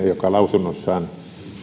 joka lausunnossaan